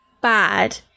bad